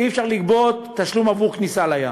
אי-אפשר לגבות תשלום עבור כניסה לים,